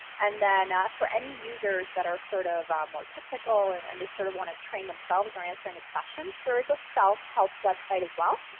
and then for any users that are sort of more technical and and they sort of want to train themselves or answer any questions, there is a self-help site as well.